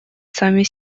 сами